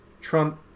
Trump